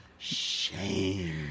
Shame